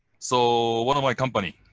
so one of my company,